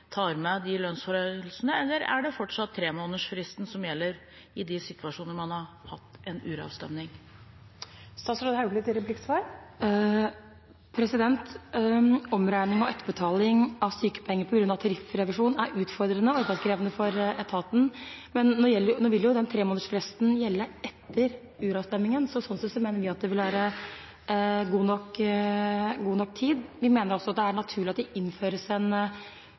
tar med de lønnsforhøyelsene, eller er det fortsatt tremånedersfristen som gjelder, i de situasjonene man har hatt en uravstemning? Omregning og etterbetaling av sykepenger på grunn av tariffrevisjon er utfordrende og arbeidskrevende for etaten. Men nå vil tremånedersfristen gjelde etter uravstemningen. Slik sett mener vi at det vil være god nok tid. Vi mener også at det er naturlig at det innføres en